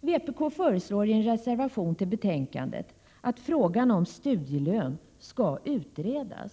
Vpk föreslår i en reservation till betänkandet att frågan om studielön skall utredas.